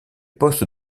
poste